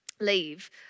leave